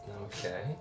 Okay